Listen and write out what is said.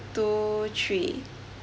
two three